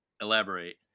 Elaborate